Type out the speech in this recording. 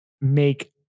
make